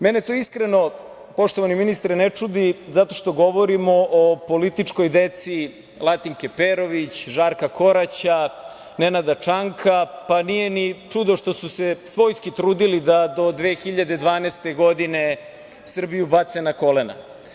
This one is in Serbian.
Mene to iskreno, poštovani ministre, ne čudi, zato što govorimo o političkoj deci Latinke Perović, Žarka Koraća, Nenada Čanka, pa nije ni čudo što su se svojski trudili da do 2012. godine Srbiju bace na kolena.